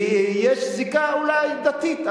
ויש זיקה אולי דתית,